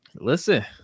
listen